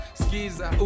skiza